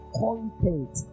content